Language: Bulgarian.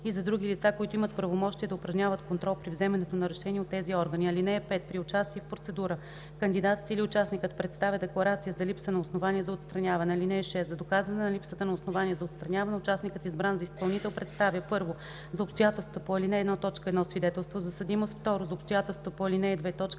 и за други лица, които имат правомощия да упражняват контрол при вземането на решения от тези органи. (5) При участие в процедура кандидатът или участникът представя декларация за липсата на основания за отстраняване. (6) За доказване на липсата на основания за отстраняване участникът, избран за изпълнител, представя: 1. за обстоятелствата по ал. 1, т. 1 – свидетелство за съдимост; 2. за обстоятелствата по ал. 2,